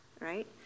right